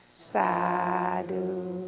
Sadu